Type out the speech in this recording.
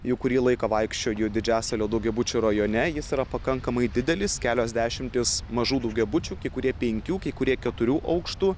jau kurį laiką vaikščioju didžiasalio daugiabučių rajone jis yra pakankamai didelis kelios dešimtys mažų daugiabučių kai kurie penkių kai kurie keturių aukštų